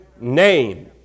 name